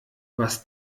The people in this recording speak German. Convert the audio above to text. welches